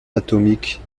atomique